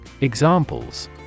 Examples